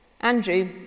Andrew